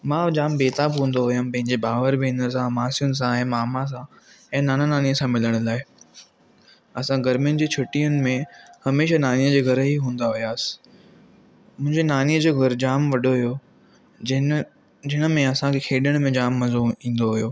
मां जामु बेताब हूंदो होसि पंहिंजे भावरनि भेनरुनि सां मासियुनि सां ऐं मामा सां ऐं नाना नानीअ सां मिलण लाइ असां गरमियुनि जी छुट्टियुनि में हमेशा नानी जे घरु ही हूंदा हुआसीं मुंहिंजी नानीअ जो घरु जामु वॾो होयो जिनि जंहिं में असांखे खेॾणु में जामु मज़ो ईंदो हुयो